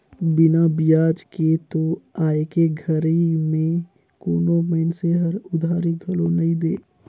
बिना बियाज के तो आयके घरी में कोनो मइनसे हर उधारी घलो नइ दे